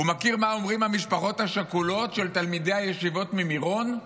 הוא מכיר מה אומרות המשפחות השכולות של תלמידי הישיבות ממירון?